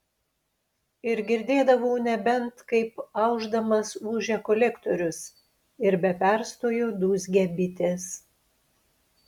ir girdėdavau nebent kaip aušdamas ūžia kolektorius ir be perstojo dūzgia bitės